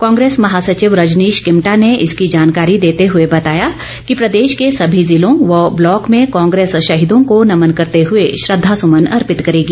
कांग्रेस महासचिव रजनीश किमटा ने इसकी जानकारी देते हुए बताया कि प्रदेश के सभी जिलों व ब्लॉक में कांग्रेस शहीदों को नमन करते हुए श्रद्दासुमन अर्पित करेगी